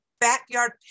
backyard